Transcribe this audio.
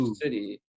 city –